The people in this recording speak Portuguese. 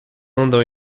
andam